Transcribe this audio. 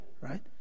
right